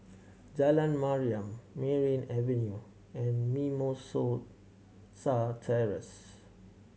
Jalan Mariam Merryn Avenue and Mimosa Terrace